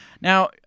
Now